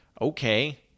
Okay